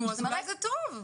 אז אולי זה טוב.